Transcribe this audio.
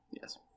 Yes